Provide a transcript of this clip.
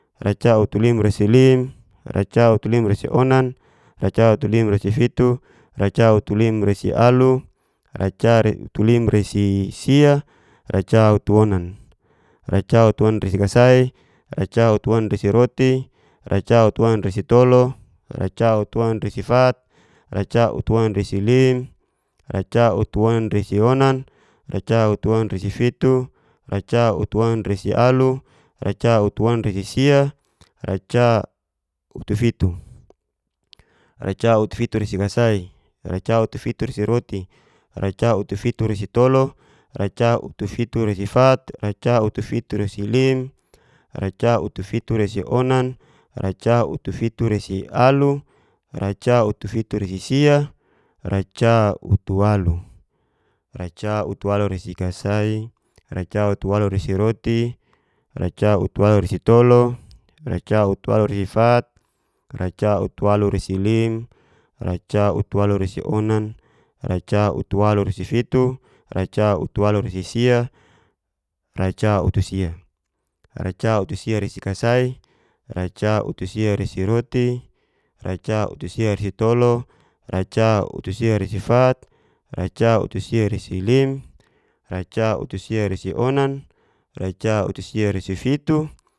Racautulimrasilim, racautulimrasionan, racaulutimrasifitu. racaulutimrasialu, racautulimsarisia. racautuonan, racautuonanrasikasai, racautuonanrasiroti, racautuonanrasitolu. racautuonanrasifat, racautuonanrasilim racautuonanrasionan, racautuonanrasifitu, racautuonanrasialu. racautuonanrasisia, racautufitu, racautufiturasikasai, sacautufiturasiroti, racautufituraasitolu, racautufirurasifat. racautufiturasilim, racautufiturasionan, racautufituresifitu, racautufiturasialu, racautusirurasisia, racautualu, racautualuresikasai, racautualurasiroti, racautualurasitolu, racautualuresifat, racautualuresilim, racautualuresionan, racautualuresifitu,